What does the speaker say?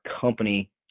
company